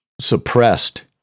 suppressed